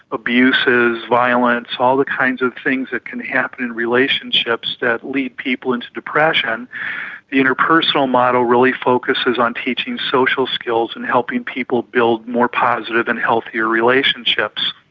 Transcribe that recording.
abuses, violence, all the kinds of things that can happen in relationships that lead people into depression the interpersonal model really focuses on teaching social skills and helping people build more positive and healthier relationships.